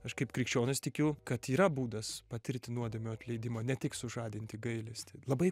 aš kaip krikščionis tikiu kad yra būdas patirti nuodėmių atleidimą ne tik sužadinti gailestį labai